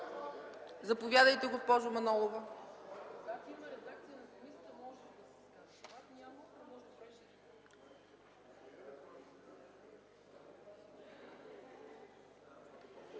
Заповядайте, госпожо Манолова.